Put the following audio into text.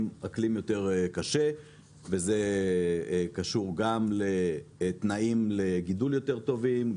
עם אקלים יותר קשה וזה קשור גם לתנאים לגידול יותר טובים,